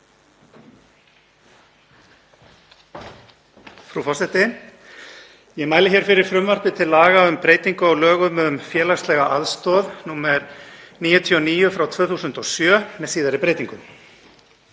forseti. Ég mæli hér fyrir frumvarpi til laga um breytingu á lögum um félagslega aðstoð, nr. 99/2007, með síðari breytingum.